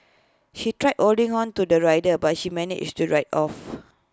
she tried or ding on to the rider but she managed to ride off